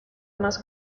más